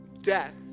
death